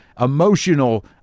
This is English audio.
emotional